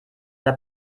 der